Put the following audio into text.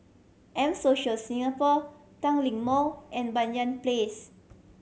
M Social Singapore Tanglin Mall and Banyan Place